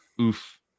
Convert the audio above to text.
Oof